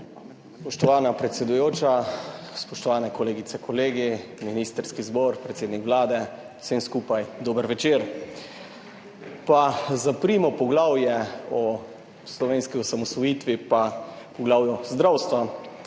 Spoštovana predsedujoča, spoštovane kolegice, kolegi, ministrski zbor, predsednik Vlade, vsem skupaj dober večer! Pa zaprimo poglavje o slovenski osamosvojitvi pa poglavje zdravstva,